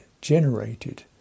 generated